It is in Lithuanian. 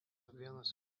vienos